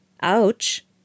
Ouch